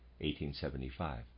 1875